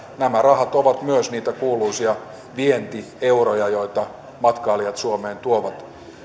nämä rahat ovat myös niitä kuuluisia vientieuroja joita matkailijat suomeen tuovat on ihan sama